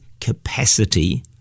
capacity